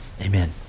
Amen